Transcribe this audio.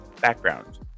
background